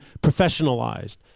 professionalized